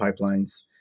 pipelines